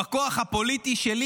בכוח הפוליטי שלי,